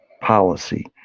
policy